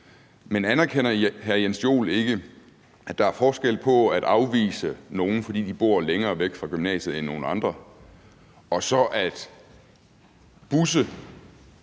Jens Joel ikke, at der er forskel på at afvise nogle, fordi de bor længere væk fra gymnasiet end nogle andre, og så at busse